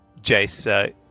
Jace